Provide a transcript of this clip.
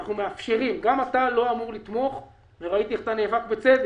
אני ראיתי איך אתה נאבק, בצדק,